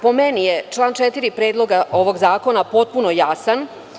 Po meni je član 4. predloga ovog zakona potpuno jasan.